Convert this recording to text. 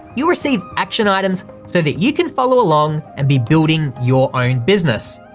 you receive action items so that you can follow along and be building your own business.